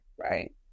right